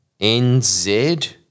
NZ